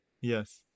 Yes